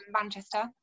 Manchester